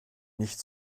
nicht